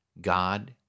God